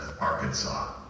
Arkansas